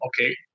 okay